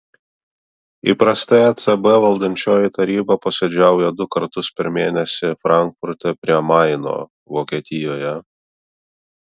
įprastai ecb valdančioji taryba posėdžiauja du kartus per mėnesį frankfurte prie maino vokietijoje